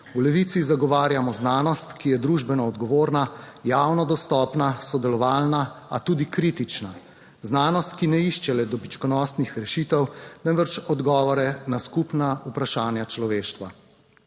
V Levici zagovarjamo znanost, ki je družbeno odgovorna, javno dostopna, sodelovalna, a tudi kritična. Znanost, ki ne išče le dobičkonosnih rešitev, temveč odgovore na skupna vprašanja človeštva.